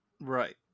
Right